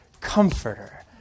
comforter